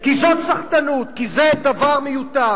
כי זאת סחטנות, כי זה דבר מיותר.